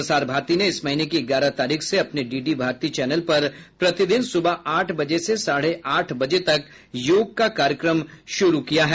प्रसार भारती ने इस महीने की ग्यारह तारीख से अपने डी डी भारती चैनल पर प्रतिदिन सुबह आठ बजे से साढ़े आठ बजे तक योग का कार्यक्रम शुरू कयिा है